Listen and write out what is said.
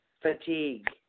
FATIGUE